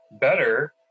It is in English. better